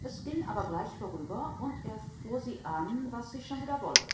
es ging aber gleich vorüber und er fuhr sie an was sie schon wieder wolle